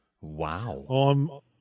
Wow